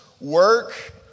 work